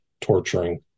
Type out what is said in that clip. Torturing